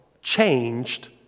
changed